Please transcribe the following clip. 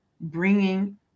bringing-